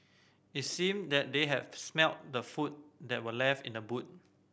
it seemed that they had smelt the food that were left in the boot